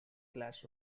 clash